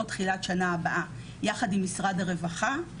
או תחילת שנה הבאה יחד עם משרד הרווחה,